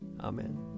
Amen